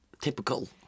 typical